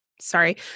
Sorry